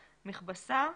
מכבסה,